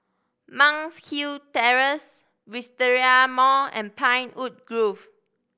Monk's Hill Terrace Wisteria Mall and Pinewood Grove